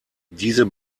diese